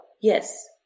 Yes